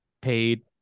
paid